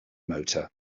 motor